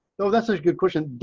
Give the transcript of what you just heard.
though, that's a good question.